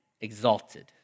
exalted